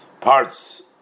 parts